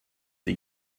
sie